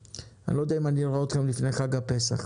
אני לא יודע אם אני אראה אתכם לפני חג הפסח,